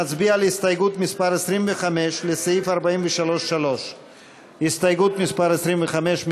נצביע על הסתייגות מס' 25 לסעיף 43(3). הסתייגות מס' 25,